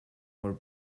war